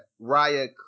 Raya